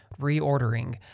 reordering